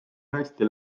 hästi